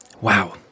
Wow